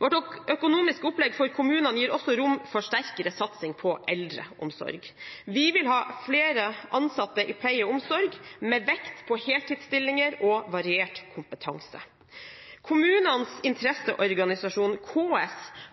Vårt økonomiske opplegg for kommunene gir også rom for sterkere satsing på eldreomsorg. Vi vil ha flere ansatte i pleie og omsorg, med vekt på heltidsstillinger og variert kompetanse. Kommunenes interesseorganisasjon, KS,